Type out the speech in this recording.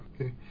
okay